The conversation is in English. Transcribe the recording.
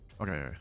Okay